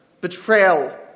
betrayal